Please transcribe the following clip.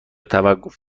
توقف